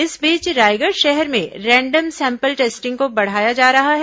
इस बीच रायगढ़ शहर में रैंडम सैंपल टेस्टिंग को बढ़ाया जा रहा है